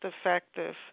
effective